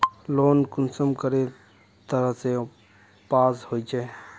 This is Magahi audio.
लोन कुंसम करे तरह से पास होचए?